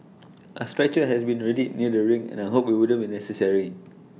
A stretcher has been readied near the ring and I hoped IT wouldn't be necessary